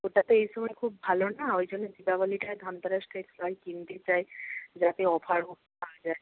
ওটা তো এই সময়ে খুব ভালো না ওই জন্য দীপাবলিটায় ধনতেরাসটায় সবাই কিনতে চায় যাতে অফারও পাওয়া যায়